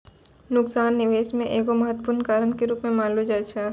नुकसानो निबेश मे एगो महत्वपूर्ण कारक के रूपो मानलो जाय छै